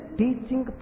teaching